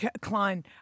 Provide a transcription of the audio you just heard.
Klein